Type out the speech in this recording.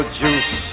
juice